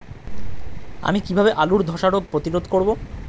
আমি কিভাবে আলুর ধ্বসা রোগ প্রতিরোধ করব?